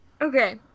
Okay